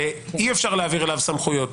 שאי-אפשר להעביר אליו סמכויות,